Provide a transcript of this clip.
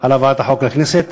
על הבאת החוק לכנסת.